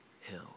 hill